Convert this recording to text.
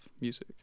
music